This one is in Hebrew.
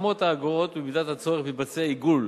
האגורות מסתכמות ובמידת הצורך מתבצע עיגול,